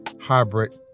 hybrid